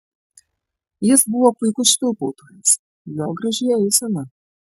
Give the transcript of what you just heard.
jis buvo puikus švilpautojas jo graži eisena